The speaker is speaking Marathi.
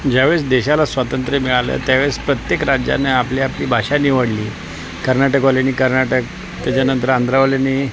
ज्यावेळेस देशाला स्वातंत्र्य मिळालं त्यावेळेस प्रत्येक राज्याने आपली आपली भाषा निवडली कर्नाटकवालेनी कर्नाटक त्याच्यानंतर आंध्रावाल्यांनी